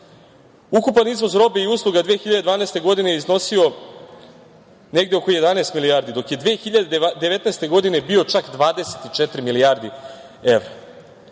izvoz robe i usluga 2012. godine je iznosio negde oko 11 milijardi, dok je 2019. godine bio čak 24 milijarde